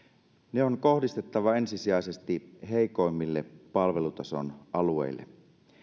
ne on kohdistettava ensisijaisesti heikoimmille palvelutason alueille